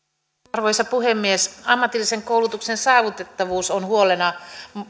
arvoisa puhemies ammatillisen koulutuksen saavutettavuus on huolena